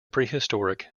prehistoric